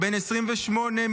בן 28,